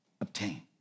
obtain